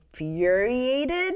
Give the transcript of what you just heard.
infuriated